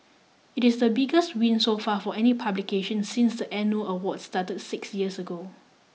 it is the biggest win so far for any publication since the annual awards start six years ago